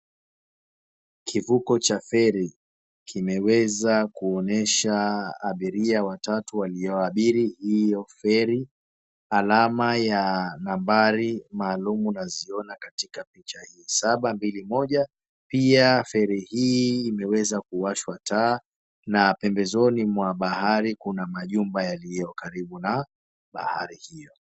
Kivuko cha ferri kimeweza kuonyesha abiria watatu walioabiri hiyo ferri, alama ya nambari maalumu naziona katika picha hii saba, mbili, moja pia ferri hii imeweza kawashwa taa na pembezoni mwa bahari kuna majumba yaliyo karibu na bahari.